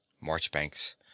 Marchbanks